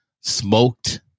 smoked